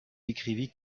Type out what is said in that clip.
écrivit